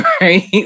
right